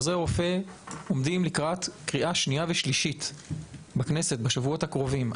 עוזרי רופא עומדים לקראת קריאה שנייה ושלישית בכנסת בשבועות הקרובים.